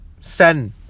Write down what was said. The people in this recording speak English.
send